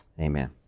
Amen